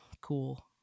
cool